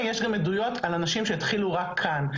יש גם עדויות על אנשים שהתחילו רק כאן.